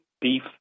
beef